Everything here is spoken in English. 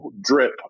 drip